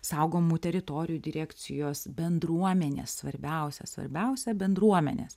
saugomų teritorijų direkcijos bendruomenės svarbiausia svarbiausia bendruomenės